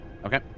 Okay